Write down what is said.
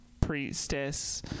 priestess